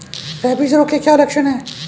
Rabies रोग के क्या लक्षण है?